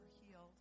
healed